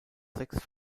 sechs